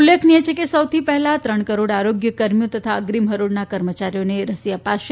ઉલ્લેખનીય છે કે સૌથી પહેલા ત્રણ કરોડ આરોગ્ય કર્મીઓ તથા અગ્રીમ હરોળના કર્મચારીઓને રસી અપાશે